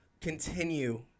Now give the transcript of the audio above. continue